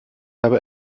habe